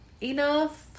enough